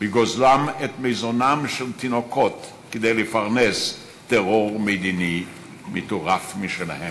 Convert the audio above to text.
בגוזלם את מזונם של תינוקות כדי לפרנס טרור מדיני מטורף משלהם,